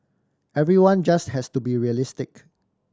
everyone just has to be realistic